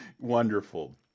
Wonderful